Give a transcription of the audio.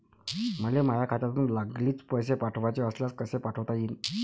मले माह्या खात्यातून लागलीच पैसे पाठवाचे असल्यास कसे पाठोता यीन?